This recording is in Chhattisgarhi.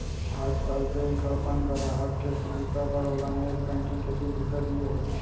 आजकाल बेंक ह अपन गराहक के सुभीता बर ओला नेट बेंकिंग के सुभीता दिये हे